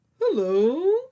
hello